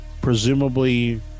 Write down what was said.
presumably